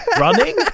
running